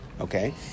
okay